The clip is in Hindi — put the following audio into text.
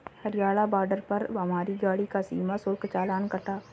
हरियाणा बॉर्डर पर हमारी गाड़ी का सीमा शुल्क चालान कटा